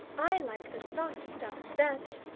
i like the soft stuff best,